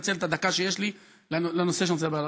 לנצל את הדקה שיש לי לנושא שאני רוצה להעלות.